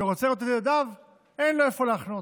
ורוצה לראות את ילדיו, אין לו איפה לחנות.